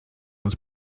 was